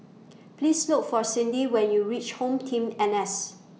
Please Look For Cindy when YOU REACH HomeTeam N S